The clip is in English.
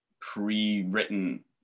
pre-written